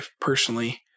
personally